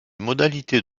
modalités